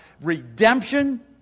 redemption